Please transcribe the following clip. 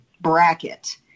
bracket